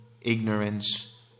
ignorance